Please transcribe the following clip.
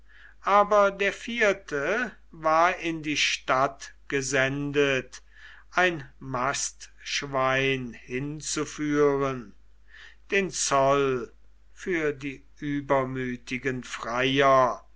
aber der vierte war in die stadt gesendet ein mastschwein hinzuführen den zoll für die übermütigen freier